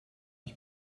ich